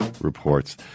reports